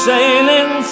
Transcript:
Sailing